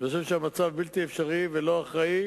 אני חושב שהמצב בלתי אפשרי ולא אחראי,